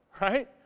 right